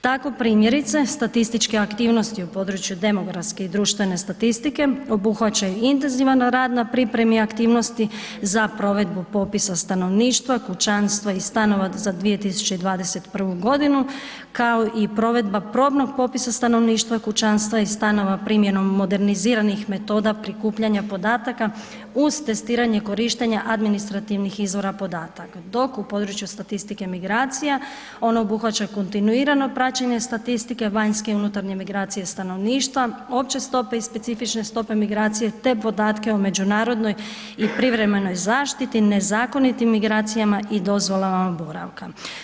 Tako primjerice statističke aktivnosti u području demografske i društvene statistike obuhvaćaju intenzivan rad na pripremi aktivnosti za provedbu popisa stanovništva, kućanstva i stanova za 2021. godinu kao i provedba probnog popisa stanovništva, kućanstva i stanova primjenom moderniziranih metoda prikupljanja podataka uz testiranje korištenja administrativnih izvora podataka, dok u području statistike migracija ono obuhvaća kontinuirano praćenje statistike, vanjske i unutarnje migracije stanovništva, opće stope i specifične stope migracije te podatke o međunarodnoj i privremenoj zaštiti, nezakonitim migracijama i dozvolama boravka.